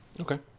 Okay